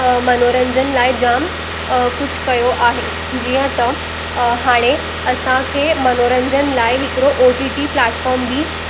मनोरंजन लाइ जामु कुझु कयो आहे जीअं त हाणे असांखे मनोरंजन लाइ हिकिड़ो ओ टी टी प्लेटफॉर्म बि